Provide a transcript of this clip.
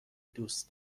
دوست